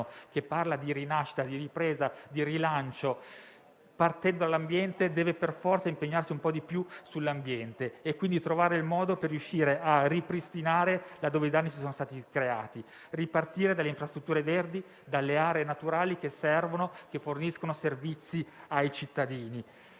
che parla di rinascita, ripresa, rilancio, partendo dall'ambiente, deve per forza impegnarsi un po' di più sull'ambiente, e quindi trovare il modo di riuscire a ripristinare laddove i danni sono stati creati; ripartire dalle infrastrutture verdi, dalle aree naturali che servono e che forniscono servizi ai cittadini.